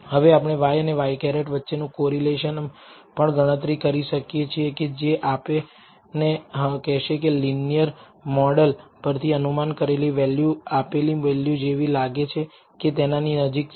હવે આપણે y અને ŷ વચ્ચેનું કોરિલેશન પણ ગણતરી કરી શકીએ છીએ કે જે આપને કહેશે કે લિનિયર મોડલ પરથી અનુમાન કરેલી વેલ્યુ માપેલી વેલ્યુ જેવી લાગે છે કે તેના નજીકની છે